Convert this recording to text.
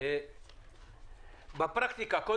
בפרקטיקה של